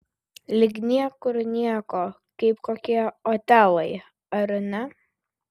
lyg niekur nieko kaip kokie otelai ar ne